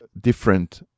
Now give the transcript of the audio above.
different